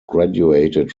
graduated